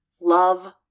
love